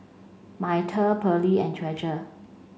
Myrta Pearly and Treasure